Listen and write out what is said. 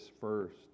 first